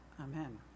Amen